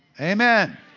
amen